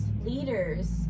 leaders